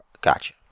Gotcha